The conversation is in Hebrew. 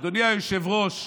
אדוני היושב-ראש,